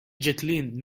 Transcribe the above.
jacqueline